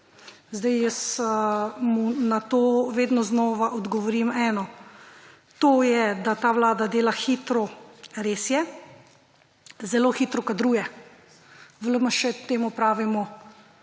Jaz mu na to vedno znova odgovorim eno, to je, da ta vlada dela hitro – res je, zelo hitro kadruje. V LMŠ temu pravimo